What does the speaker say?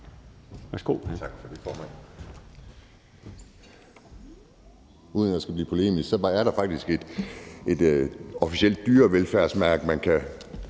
Værsgo.